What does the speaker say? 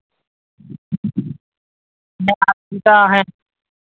ᱵᱟᱝ ᱤᱱᱠᱟ ᱦᱮᱸ